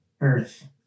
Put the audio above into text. earth